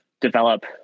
develop